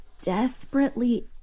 desperately